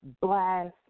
blast